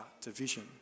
division